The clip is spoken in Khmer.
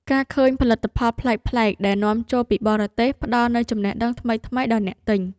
ការឃើញផលិតផលប្លែកៗដែលនាំចូលពីបរទេសផ្ដល់នូវចំណេះដឹងថ្មីៗដល់អ្នកទិញ។